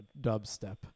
dubstep